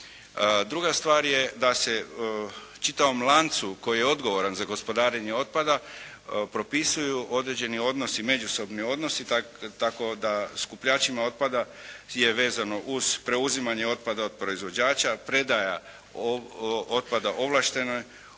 Druga stvar je da se čitavom lancu koji je odgovoran za gospodarenje otpada propisuju određeni odnosi, međusobni odnosi tako da skupljačima otpada je vezano uz preuzimanje otpada od proizvođača, predaja otpada ovlaštenoj